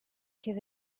give